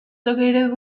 located